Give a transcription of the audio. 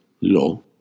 law